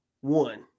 one